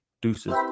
deuces